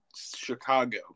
Chicago